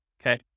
okay